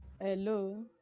Hello